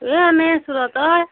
এ এনেই আছোঁ ৰ তই